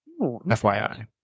FYI